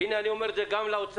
אני אומר את זה גם לאוצר,